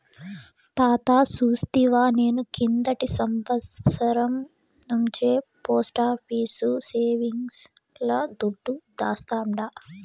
తాతా సూస్తివా, నేను కిందటి సంవత్సరం నుంచే పోస్టాఫీసు సేవింగ్స్ ల దుడ్డు దాస్తాండా